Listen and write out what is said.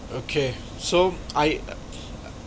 okay so I